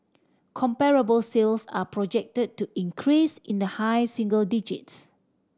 comparable sales are projected to increase in the high single digits